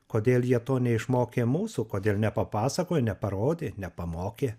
kodėl jie to neišmokė mūsų kodėl nepapasakojo neparodė nepamokė